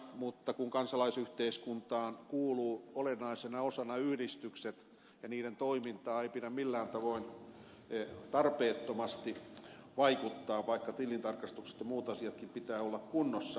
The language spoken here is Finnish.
mutta kansalaisyhteiskuntaan kuuluvat olennaisena osana yhdistykset ja se että niiden toimintaan ei pidä millään tavoin tarpeettomasti vaikuttaa vaikka tilintarkastukset ja muutkin asiat pitää olla kunnossa